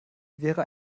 wäre